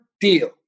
deal